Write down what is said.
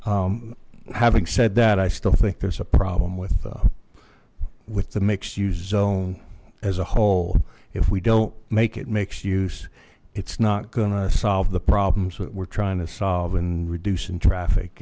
that having said that i still think there's a problem with with the mixed use zone as a whole if we don't make it makes use it's not gonna solve the problems that we're trying to solve and reducing traffic